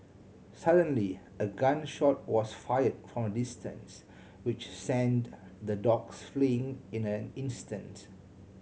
suddenly a gun shot was fired from a distance which sent the dogs fleeing in an instant